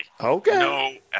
Okay